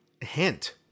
hint